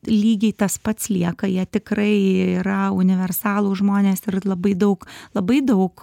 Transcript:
lygiai tas pats lieka jie tikrai yra universalūs žmonės ir labai daug labai daug